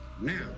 now